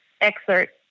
excerpt